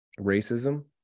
racism